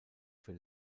für